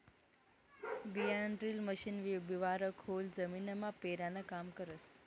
बियाणंड्रील मशीन बिवारं खोल जमीनमा पेरानं काम करस